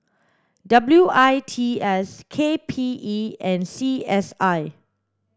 W I T S K P E and C S I